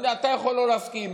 אז אתה יכול לא להסכים,